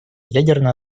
ядерно